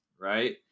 Right